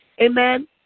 Amen